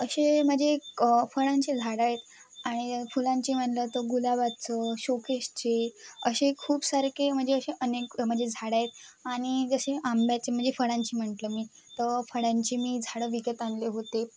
असे म्हणजे फळांचे झाडं आहेत आणि फुलांचे म्हटलं तर गुलाबाचं शोकेशचे असे खूप सारखे म्हणजे असे अनेक म्हणजे झाडं आहेत आणि जसे आंब्याचे म्हणजे फळांची म्हटलं मी तर फळांची मी झाडं विकत आणले होते